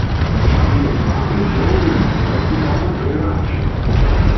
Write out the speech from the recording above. apie ivaną žiaurųjį esu tau mažai rašęs